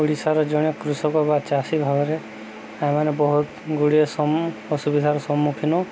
ଓଡ଼ିଶାର ଜଣେ କୃଷକ ବା ଚାଷୀ ଭାବରେ ଏମାନେ ବହୁତ ଗୁଡ଼ିଏ ଅସୁବିଧାର ସମ୍ମୁଖୀନ